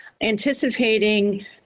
anticipating